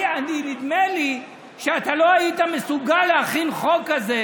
נדמה לי שאתה לא היית מסוגל להכין חוק כזה